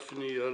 כ"ב בטבת תשע"ט,